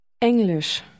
English